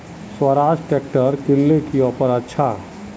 Swaraj tractor किनले की offer अच्छा?